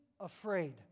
afraid